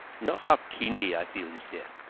nor how keenly i feel his death.